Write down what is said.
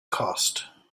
cost